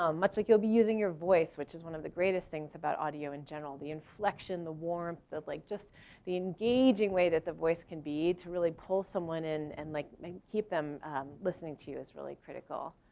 um much like you'll be using your voice, which is one of the greatest things about audio in general. the inflection, the warmth of like just the engaging way that the voice can be to really pull someone in and like keep them listening to you is really critical.